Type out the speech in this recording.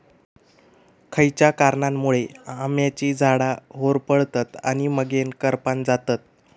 खयच्या कारणांमुळे आम्याची झाडा होरपळतत आणि मगेन करपान जातत?